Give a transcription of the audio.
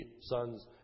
sons